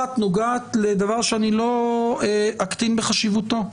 אחת נוגעת לדבר שאני לא אקטין בחשיבותו.